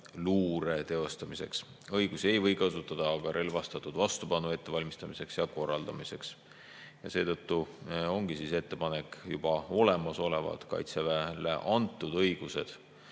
teostamiseks, neid ei või kasutada relvastatud vastupanu ettevalmistamiseks ja korraldamiseks. Seetõttu ongi ettepanek juba olemasolevaid Kaitseväele antud õigusi